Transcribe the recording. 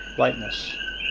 lightness.